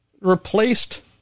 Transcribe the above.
replaced